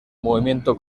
movimiento